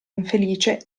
infelice